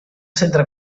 centre